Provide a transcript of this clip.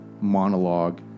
monologue